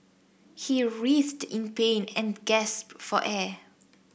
he writhed in pain and gasped for air